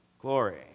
glory